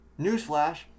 newsflash